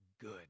good